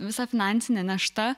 visa finansinė našta